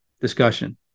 discussion